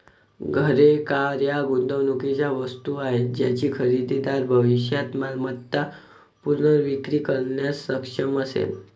घरे, कार या गुंतवणुकीच्या वस्तू आहेत ज्याची खरेदीदार भविष्यात मालमत्ता पुनर्विक्री करण्यास सक्षम असेल